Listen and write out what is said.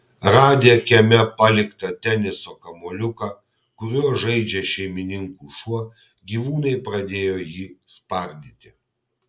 radę kieme paliktą teniso kamuoliuką kuriuo žaidžia šeimininkų šuo gyvūnai pradėjo jį spardyti